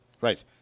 Right